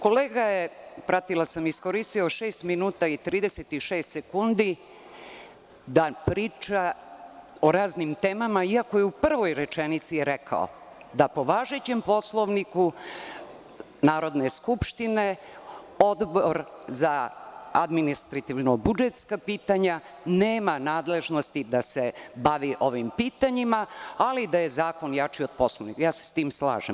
Kolega je, pratila sam, iskoristio šest minuta i 36 sekundi, da priča o raznim temama iako je u prvoj rečenici rekao – da po važećem Poslovniku Narodne skupštine, Odbor za administrativno-budžetska pitanja nema nadležnosti da se bavi ovim pitanjima, ali da je zakon jači od Poslovnika, ja se sa tim slažem.